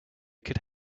could